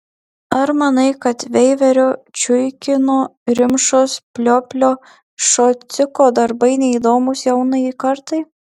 ar manai kad veiverio čiuikino rimšos plioplio šociko darbai neįdomūs jaunajai kartai